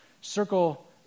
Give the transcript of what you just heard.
Circle